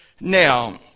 Now